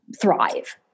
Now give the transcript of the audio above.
thrive